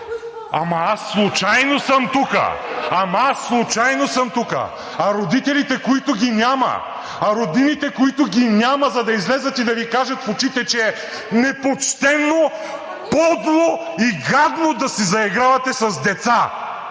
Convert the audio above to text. Ама, аз случайно съм тук, а родителите, които ги няма, а роднините, които ги няма, за да излязат и да Ви кажат в очите, че е непочтено, подло и гадно да се заигравате с деца.